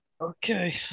Okay